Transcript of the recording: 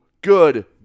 good